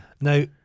Now